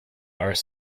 are